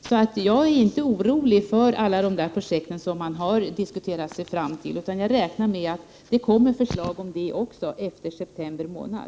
Jag är alltså inte orolig när det gäller de projekt som man har diskuterat sig fram till. Jag räknar med att det kommer förslag här också efter september månad.